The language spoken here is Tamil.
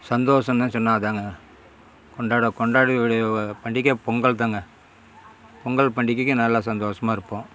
சந்தோஷம்னு சொன்னால் அதாங்க கொண்டாட கொண்டாட கூடிய பண்டிகை பொங்கல்தாங்க பொங்கல் பண்டிகைக்கு நல்லா சந்தோஷமாக இருப்போம்